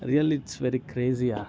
really it's very crazy yaar